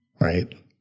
Right